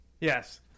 Yes